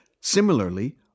Similarly